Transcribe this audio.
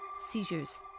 seizures